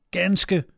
ganske